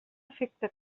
afecta